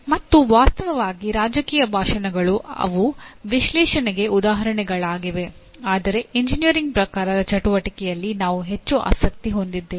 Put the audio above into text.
ಮತ್ತು ವಾಸ್ತವವಾಗಿ ರಾಜಕೀಯ ಭಾಷಣಗಳು ಅವು ವಿಶ್ಲೇಷಣೆಗೆ ಉದಾಹರಣೆಗಳಾಗಿವೆ ಆದರೆ ಎಂಜಿನಿಯರಿಂಗ್ ಪ್ರಕಾರದ ಚಟುವಟಿಕೆಯಲ್ಲಿ ನಾವು ಹೆಚ್ಚು ಆಸಕ್ತಿ ಹೊಂದಿದ್ದೇವೆ